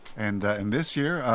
and and this year,